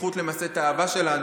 והזכות למסד את האהבה שלנו.